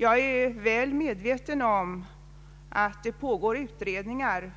Jag är väl medveten om att det pågår utredningar